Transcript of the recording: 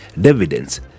dividends